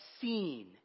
seen